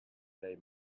they